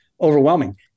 overwhelming